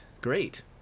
Great